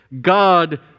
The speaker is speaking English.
God